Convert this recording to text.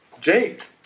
Jake